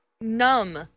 numb